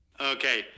Okay